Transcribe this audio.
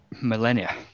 millennia